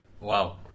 Wow